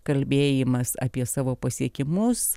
kalbėjimas apie savo pasiekimus